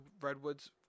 Redwoods